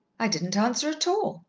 i didn't answer at all,